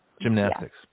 gymnastics